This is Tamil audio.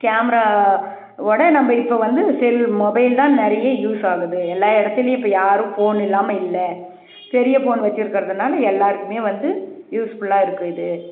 கேமரா வோட நம்ம இப்போ வந்து செல் மொபைல் தான் நிறைய யூஸ் ஆகுது எல்லா இடத்துலியும் இப்போ யாரும் ஃபோன் இல்லாமல் இல்லை பெரிய ஃபோன் வெச்சி இருக்கிறதுனால எல்லோருக்குமே வந்து யூஸ்ஃபுல்லாக இருக்கும் இது